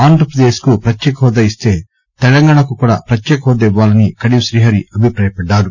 ఆంధ్రపదేశ్కు ప్రత్యేక హెూదా ఇస్తే తెలంగాణకు కూడా ప్రత్యేక హెూదా ఇవ్వాలని కడియం శీహరి అభిప్రాయ పడ్డారు